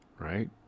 right